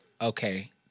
okay